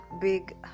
big